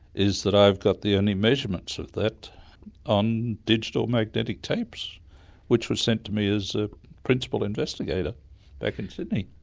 is that i've got the only measurements of that on digital magnetic tapes which were sent to me as ah principal investigator back in sydney.